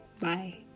bye